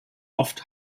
oft